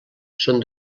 són